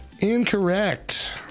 Incorrect